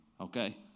Okay